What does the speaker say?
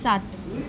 ਸੱਤ